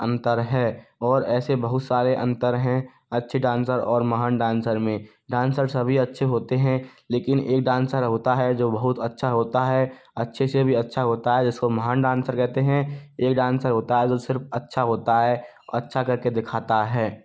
अंतर है और ऐसे बहुत सारे अंतर हैं अच्छे डांसर और महान डांसर में डांसर सभी अच्छे होते हैं लेकिन एक डांसर होता है जो बहुत अच्छा होता है अच्छे से भी अच्छा होता है जिसको महान डांसर कहते हैं एक डांसर होता है जो सिर्फ अच्छा होता है अच्छा करके दिखाता है